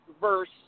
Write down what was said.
verse